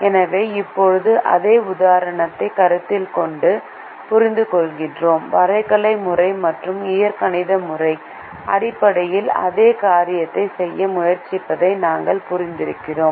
எனவே இப்போது அதே உதாரணத்தைக் கருத்தில் கொண்டு புரிந்துகொள்கிறோம் வரைகலை முறை மற்றும் இயற்கணித முறை அடிப்படையில் அதே காரியத்தைச் செய்ய முயற்சிப்பதை நாங்கள் புரிந்துகொள்கிறோம்